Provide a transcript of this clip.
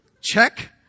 Check